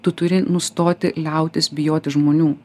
tu turi nustoti liautis bijoti žmonių